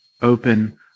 open